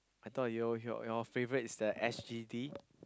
I thought your your your favourite is the S_G_D